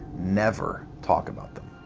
never talk about them.